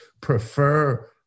prefer